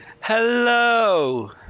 Hello